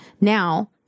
Now